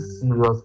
serious